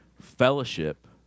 Fellowship